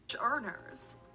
earners